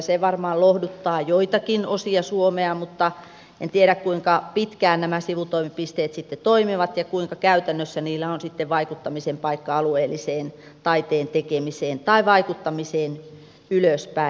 se varmaan lohduttaa joitakin osia suomea mutta en tiedä kuinka pitkään nämä sivutoimipisteet sitten toimivat ja kuinka käytännössä niillä on sitten vaikuttamisen paikka alueelliseen taiteen tekemiseen tai vaikuttamiseen ylöspäin